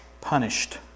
punished